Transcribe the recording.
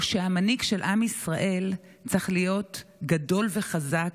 או שהמנהיג של עם ישראל צריך להיות גדול וחזק,